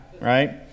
right